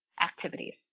activities